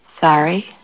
Sorry